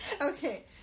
Okay